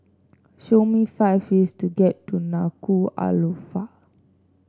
show me five ways to get to Nuku'alofa